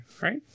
right